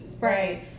right